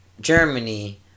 Germany